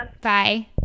Bye